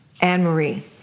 Anne-Marie